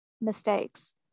mistakes